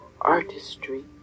artistry